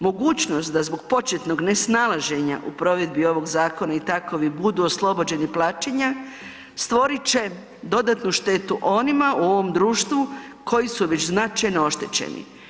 Mogućnost da zbog početnog nesnalaženja u provedbi ovog zakona i takovi budu oslobođeni plaćanja stvorit će dodatnu štetu onima, u ovom društvu koji su već značajno oštećeni.